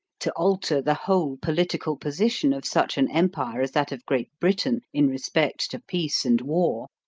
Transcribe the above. to alter the whole political position of such an empire as that of great britain, in respect to peace and war,